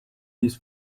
this